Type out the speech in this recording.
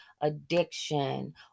addiction